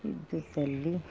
ವಿದ್ಯುತ್ತಲ್ಲಿ